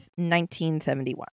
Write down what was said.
1971